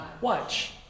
Watch